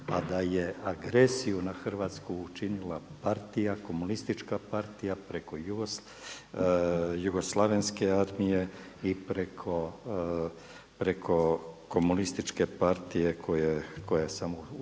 a da je agresiju na Hrvatsku učinila partija, komunistička partija …/Govornik se ne razumije./… jugoslavenske armije i preko komunističke partije koja je samo